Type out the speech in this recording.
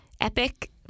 epic